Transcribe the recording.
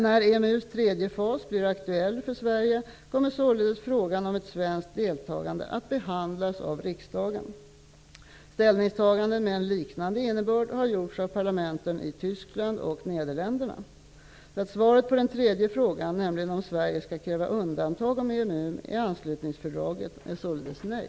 När EMU:s tredje fas blir aktuell för Sverige kommer således frågan om ett svenskt deltagande att behandlas av riksdagen. Ställningstaganden med en liknande innebörd har gjorts av parlamenten i Tyskland och Svaret på den tredje frågan, nämligen om Sverige skall kräva undantag om EMU i anslutningsfördraget, är således nej.